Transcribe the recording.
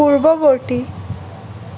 পূৰ্বৱৰ্তী